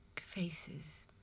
faces